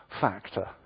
factor